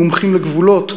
מומחים לגבולות,